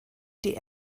die